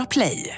Play